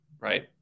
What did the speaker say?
right